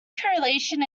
correlation